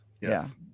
Yes